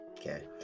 okay